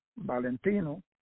Valentino